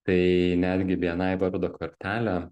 tai netgi bni vardo kortelė